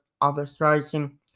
Authorizing